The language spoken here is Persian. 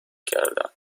کردم